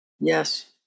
Yes